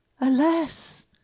Alas